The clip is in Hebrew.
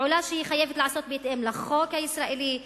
פעולה שחייבת להיעשות בהתאם לחוק הישראלי,